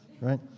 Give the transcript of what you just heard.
right